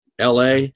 LA